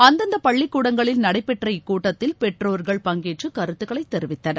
அந்தந்த பள்ளிக் கூடங்களில் நடைபெற்ற இக்கூட்டத்தில் பெற்றோர்கள் பங்கேற்று கருத்துகளை தெரிவித்தனர்